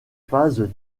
phases